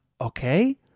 okay